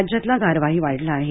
राज्यातला गारवाही वाढला आहे